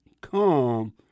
come